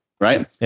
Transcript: right